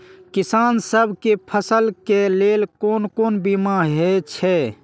किसान सब के फसल के लेल कोन कोन बीमा हे छे?